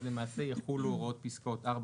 אז למעשה יחולו הוראות פסקאות (4),